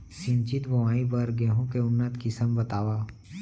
सिंचित बोआई बर गेहूँ के उन्नत किसिम बतावव?